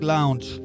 Lounge